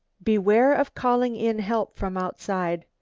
beware of calling in help from outside.